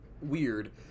weird